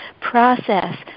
process